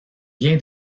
bien